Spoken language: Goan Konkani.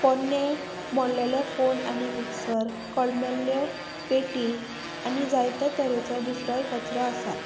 पोन्ने मोडलेले फोन आनी मिक्सर कळमेल्ल्यो पेटी आनी जायत्या तरेचो दुसरोय कचरो आसा